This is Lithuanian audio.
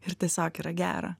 ir tiesiog yra gera